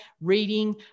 reading